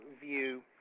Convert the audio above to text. view